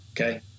okay